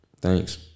Thanks